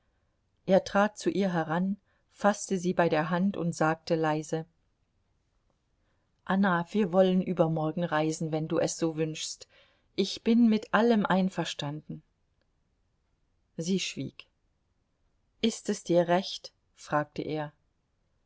er trat zu ihr heran faßte sie bei der hand und sagte leise anna wir wollen übermorgen reisen wenn du es so wünschst ich bin mit allem einverstanden sie schwieg ist es dir recht fragte er